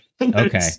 Okay